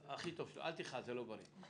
אלה מסרים חתרניים.